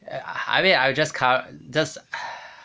ya I mean I will just come just